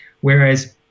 Whereas